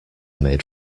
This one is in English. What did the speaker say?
made